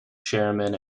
chairmen